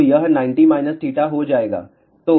तो यह 90 θ हो जाएगा